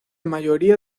mayoría